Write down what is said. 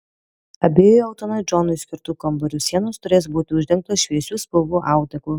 abiejų eltonui džonui skirtų kambarių sienos turės būti uždengtos šviesių spalvų audeklu